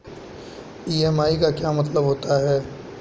EMI का क्या मतलब होता है?